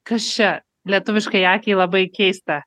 kas čia lietuviškai akiai labai keista